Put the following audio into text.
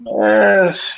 Yes